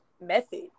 method